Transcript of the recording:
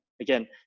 again